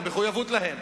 על המחויבות להם,